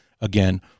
again